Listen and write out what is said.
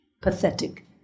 pathetic